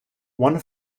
one